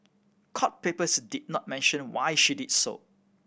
court papers did not mention why she did so